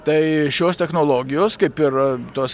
tai šios technologijos kaip ir tos